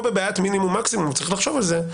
בבעיית מינימום-מקסימום וצריך לחשוב על זה.